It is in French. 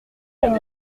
pour